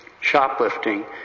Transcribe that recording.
Shoplifting